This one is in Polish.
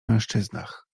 mężczyznach